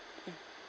mm